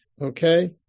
Okay